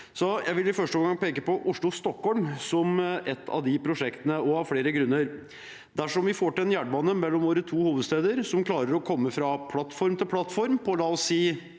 Jeg vil i første omgang peke på Oslo–Stockholm som ett av de prosjektene, av flere grunner. Dersom vi får til en jernbane mellom våre to hovedsteder, der en klarer å komme fra plattform til plattform på, la oss si,